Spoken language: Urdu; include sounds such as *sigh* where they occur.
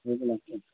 *unintelligible*